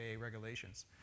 regulations